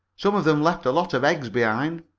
some of them left a lot of eggs behind.